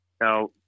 Now